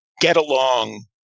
get-along –